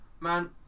Man